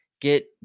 get